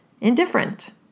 indifferent